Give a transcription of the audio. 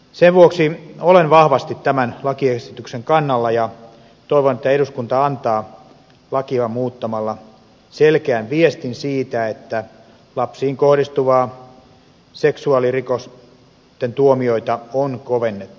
sen vuoksi olen vahvasti tämän lakiesityksen kannalla ja toivon että eduskunta antaa lakia muuttamalla selkeän viestin siitä että lapsiin kohdistuvien seksuaalirikosten tuomioita on kovennettava